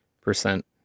percent